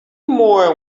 more